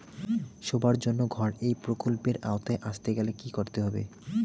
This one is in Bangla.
সবার জন্য ঘর এই প্রকল্পের আওতায় আসতে গেলে কি করতে হবে?